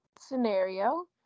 scenario